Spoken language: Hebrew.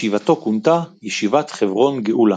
ישיבתו כונתה "ישיבת חברון-גאולה".